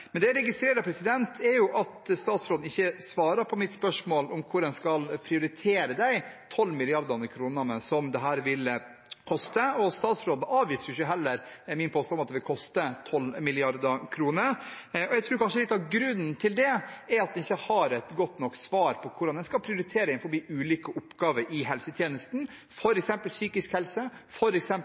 Det jeg registrerer, er at statsråden ikke svarer på mitt spørsmål om hvordan man skal prioritere med tanke på de 12 mrd. kr som dette vil koste. Statsråden avviser heller ikke min påstand om at det vil koste 12 mrd. kr. Jeg tror kanskje litt av grunnen til det er at en ikke har et godt nok svar på hvordan en skal prioritere innenfor ulike oppgaver i helsetjenesten, f.eks. psykisk helse